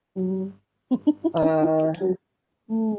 mm err